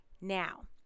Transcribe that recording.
Now